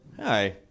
Hi